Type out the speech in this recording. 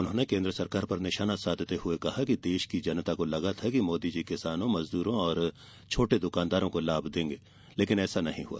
उन्होंने ने केंद्र सरकार पर निषाना साधते हुए कहा कि देश की जनता को लगा था कि मोदी जी किसानों मजदूरों और छोटे दुकानदारों को लाभ देंगे लेकिन ऐसा नहीं हुआ